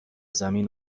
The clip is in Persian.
زمین